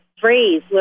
phrase